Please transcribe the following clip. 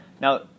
Now